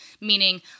Meaning